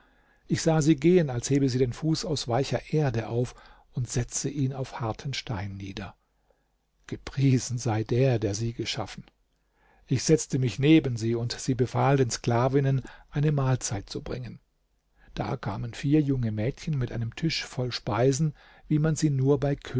ich sah sie gehen als hebe sie den fuß aus weicher erde auf und setze ihn auf harten stein nieder gepriesen sei der der sie geschaffen ich setzte mich neben sie und sie befahl den sklavinnen eine mahlzeit zu bringen da kamen vier junge mädchen mit einem tisch voll speisen wie man sie nur bei